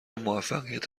موفقیت